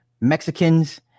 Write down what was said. Mexicans